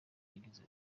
yagize